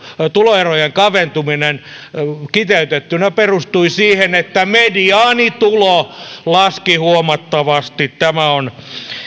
tuloerojen kaventuminen kiteytettynä perustui siihen että mediaanitulo laski huomattavasti tämä on